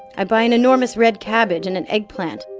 i buy an enormous red cabbage and an eggplant.